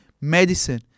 medicine